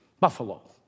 Buffalo